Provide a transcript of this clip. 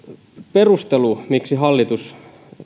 perustelu miksi hallitus